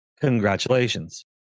Congratulations